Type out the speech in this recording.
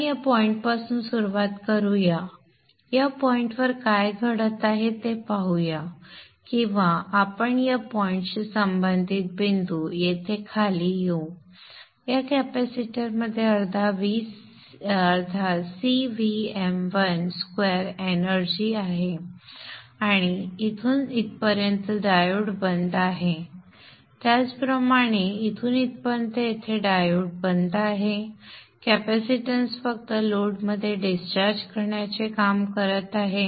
आपण या पॉईंट पासून सुरुवात करू या या पॉईंट वर काय घडत आहे ते पाहूया किंवा आपण या पॉईंट शी संबंधित बिंदू येथे खाली येऊ या कॅपेसिटरमध्ये अर्धा CVm1 स्क्वेअर एनर्जी आहे आणि इथून इथपर्यंत डायोड बंद आहेत त्याचप्रमाणे इथून इथपर्यंत येथे डायोड बंद आहेत कॅपेसिटन्स फक्त लोडमध्ये डिस्चार्ज करण्याचे काम करत आहे